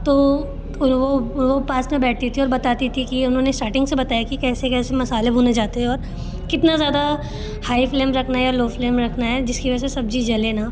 तो तो वो वो पास में बैठती थी और बताती थी कि उन्होंने स्टार्टिंग से बताया कि कैसे कैसे मसाले भुने जाते हैं और कितना ज़्यादा हाई फ्लेम रखना हैं या लो फ्लेम रखना है जिसकी वजह से सब्ज़ी जले ना